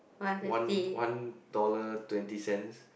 one one dollar twenty cents